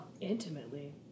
Intimately